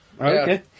Okay